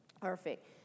Perfect